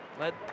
Led